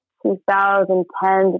2010